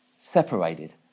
separated